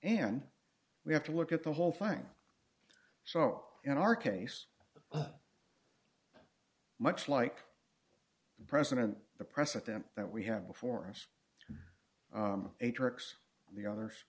and we have to look at the whole thing so in our case much like the president the president that we have before us a turks the others